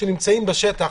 כשנמצאים בשטח,